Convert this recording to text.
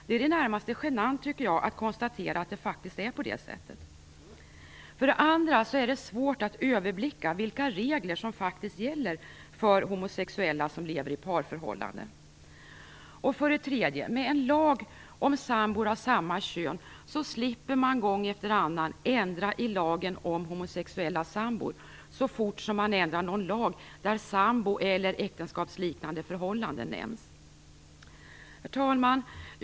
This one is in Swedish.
Det är i det närmaste genant, tycker jag, att konstatera att det faktiskt är på det sättet. För det andra är det svårt att överblicka vilka regler som faktiskt gäller för homosexuella som lever i parförhållanden. För det tredje slipper man med en lag om sambor av samma kön att gång efter annan ändra i lagen om homosexuella sambor så fort man ändrar någon lag där sambor eller äktenskapliknande förhållanden nämns. Herr talman!